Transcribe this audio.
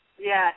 Yes